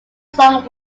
song